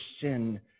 sin